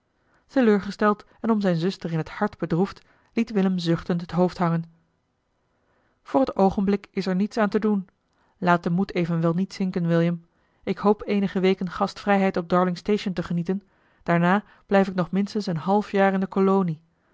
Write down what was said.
teleurgesteld en om zijne zuster in t hart bedroefd liet willem zuchtend het hoofd hangen voor t oogenblik is er niets aan te doen laat den moed evenwel niet zinken william ik hoop eenige weken gastvrijheid op darlingstation te genieten daarna blijf ik nog minstens een half jaar in de kolonie